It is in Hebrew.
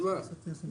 אז מה?